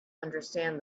understand